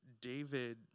David